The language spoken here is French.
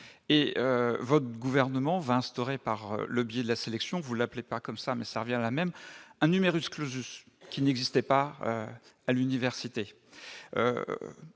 et votre gouvernement va instaurer, par le biais de la sélection, vous l'appelez pas comme ça, mais ça revient la même un numerus clausus qui n'existait pas à l'université,